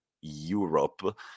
Europe